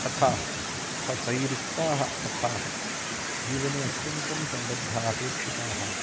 कथाः अर्थात् तैरुक्ताः कथाः जीवने अत्यन्तं सम्बद्धाः अपेक्षिताः